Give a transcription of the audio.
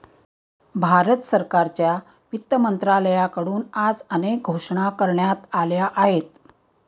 भारत सरकारच्या वित्त मंत्रालयाकडून आज अनेक घोषणा करण्यात आल्या आहेत